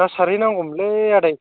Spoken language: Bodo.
ना सारहै नांगौमोनलै आदै